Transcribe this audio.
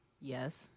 Yes